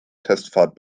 testfahrt